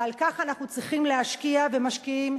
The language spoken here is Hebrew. ועל כך אנחנו צריכים להשקיע, ומשקיעים.